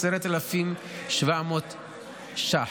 10,700 ש"ח,